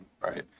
right